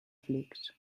flix